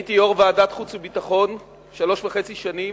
הייתי יושב-ראש ועדת חוץ וביטחון שלוש וחצי שנים,